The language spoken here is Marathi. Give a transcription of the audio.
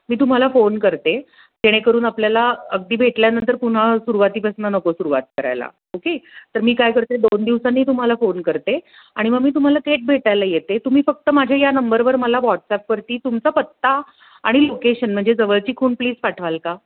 मी तुम्हाला फोन करते जेणेकरून आपल्याला अगदी भेटल्यानंतर पुन्हा सुरुवातीपासून नको सुरुवात करायला ओके तर मी काय करते दोन दिवसांनी तुम्हाला फोन करते आणि मग मी तुम्हाला थेट भेटायला येते तुम्ही फक्त माझ्या या नंबरवर मला व्हॉट्सॲपवरती तुमचा पत्ता आणि लोकेशन म्हणजे जवळची खूण प्लीज पाठवाल का